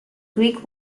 greek